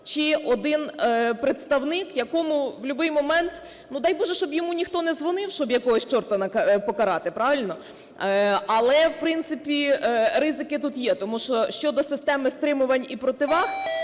чи один представник, якому в любий момент, ну, дай Боже, щоб йому ніхто не дзвонив, щоб якогось чорта покарати, правильно? Але, в принципі, ризики тут є, тому що щодо системи стримувань і противаг